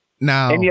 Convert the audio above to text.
Now